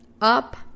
Up